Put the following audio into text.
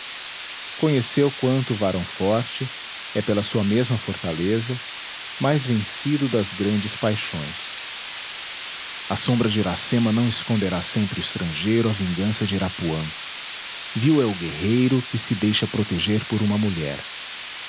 conheceu quanto o varão forte é pela sua mesma fortaleza mais vencido das grandes paixões a sombra de iracema não esconderá sempre o estrangeiro à vingança de irapuã vil é o guerreiro que se deixa proteger por uma mulher